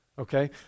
okay